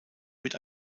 mit